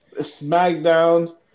SmackDown